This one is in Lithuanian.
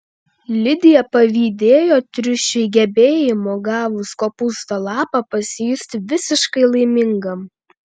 lidija pavydėjo triušiui gebėjimo gavus kopūsto lapą pasijusti visiškai laimingam